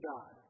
God